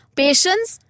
patience